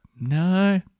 no